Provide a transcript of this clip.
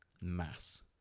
mass